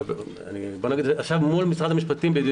בוא נגיד, זה עכשיו מול משרד המשפטים.